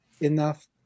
enough